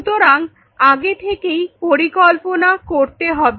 সুতরাং আগে থেকেই পরিকল্পনা করতে হবে